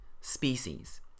species